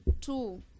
two